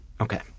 Okay